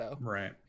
Right